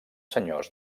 senyors